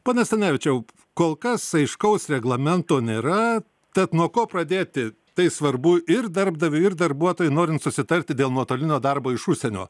pone stanevičiau kol kas aiškaus reglamento nėra tad nuo ko pradėti tai svarbu ir darbdaviui ir darbuotojui norint susitarti dėl nuotolinio darbo iš užsienio